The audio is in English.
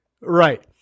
Right